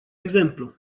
exemplu